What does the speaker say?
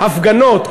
בהפגנות,